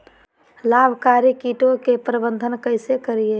लाभकारी कीटों के प्रबंधन कैसे करीये?